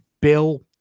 Bill